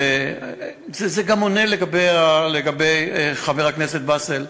זה גם עונה, לגבי, חבר הכנסת באסל,